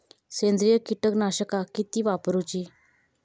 सेंद्रिय कीटकनाशका किती वापरूची?